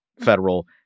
federal